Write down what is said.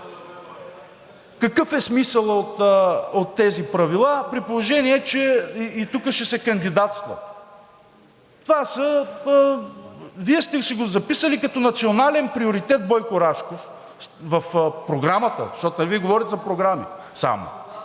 Какъв е смисълът от тези правила, при положение че и тук ще се кандидатства? Вие сте си го записали като национален приоритет Бойко Рашков в програмата, защото Вие нали говорите за програми само.